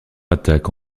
attaque